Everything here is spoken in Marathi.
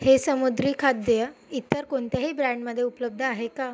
हे समुद्री खाद्य इतर कोणत्याही ब्रँडमध्ये उपलब्ध आहे का